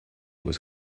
was